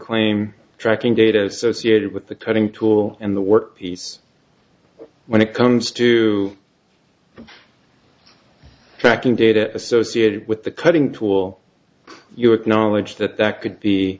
claim tracking data associated with the cutting tool and the workpiece when it comes to tracking data associated with the cutting tool you acknowledge that that could be